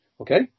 okay